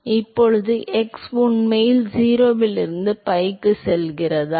எனவே இப்போது x உண்மையில் 0 இலிருந்து பைக்கு செல்கிறதா